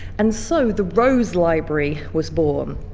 and so the rose library was born.